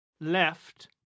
left